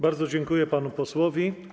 Bardzo dziękuję panu posłowi.